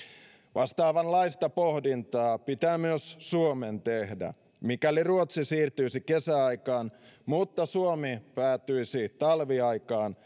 vastaavanlaista pohdintaa pitää myös suomen tehdä mikäli ruotsi siirtyisi kesäaikaan mutta suomi päätyisi talviaikaan